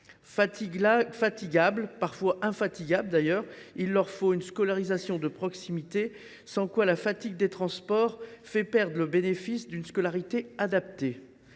souvent très fatigables, qu’il leur faut une scolarisation de proximité, sans quoi la fatigue des transports fait perdre le bénéfice d’une scolarité adaptée.